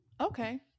Okay